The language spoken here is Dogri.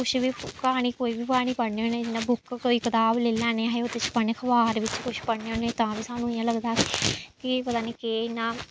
कुछ बी क्हानी कोई बी क्हानी पढ़ने होन्नें जि'यां बुक कोई कताब लेई लैन्नें अस ओह्दे च पढ़ने अखबार बिच्च कुछ पढ़ने होन्नें तां बी सानूं इ'यां लगदा कि पता निं केह् इ'यां